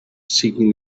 seeking